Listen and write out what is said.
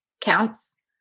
counts